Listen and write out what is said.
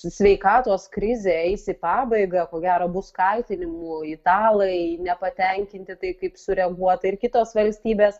sveikatos krizė eis į pabaigą ko gero bus kaltinimų italai nepatenkinti taip kaip sureaguota ir kitos valstybės